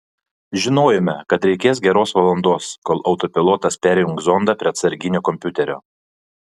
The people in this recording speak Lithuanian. žinojome kad reikės geros valandos kol autopilotas perjungs zondą prie atsarginio kompiuterio